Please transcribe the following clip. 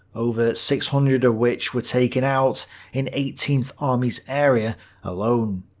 over six hundred of which were taken out in eighteenth army's area alone.